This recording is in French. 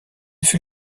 fut